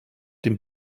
dem